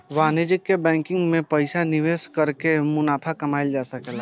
वाणिज्यिक बैंकिंग में पइसा निवेश कर के मुनाफा कमायेल जा सकेला